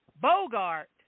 Bogart